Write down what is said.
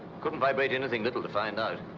couldn't vibrate anything little to find out.